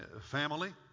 family